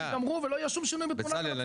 ייגמרו ולא יהיה שום שינוי בתמונת המצב,